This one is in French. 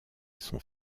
son